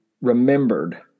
remembered